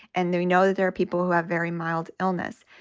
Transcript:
and we know that there are people who have very mild illness.